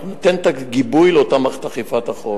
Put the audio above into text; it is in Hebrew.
אנחנו ניתן את הגיבוי למערכת אכיפת החוק.